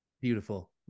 Beautiful